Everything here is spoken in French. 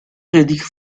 redire